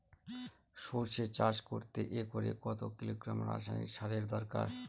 সরষে চাষ করতে একরে কত কিলোগ্রাম রাসায়নি সারের দরকার?